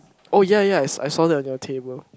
oh ya yes I saw that on your table